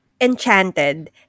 Enchanted